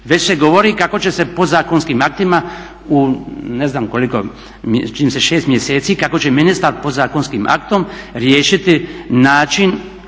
već se govori kako će se podzakonskim aktima u ne znam koliko čini mi se 6 mjeseci kako će ministar podzakonskim aktom riješiti način